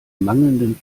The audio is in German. mangelnden